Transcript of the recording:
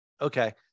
Okay